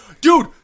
Dude